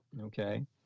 Okay